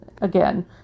again